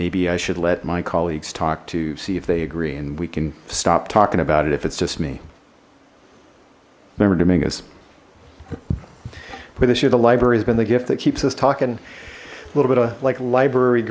maybe i should let my colleagues talk to see if they agree and we can stop talking about it if it's just me remember dominguez where this year the library has been the gift that keeps us talking a little bit of like library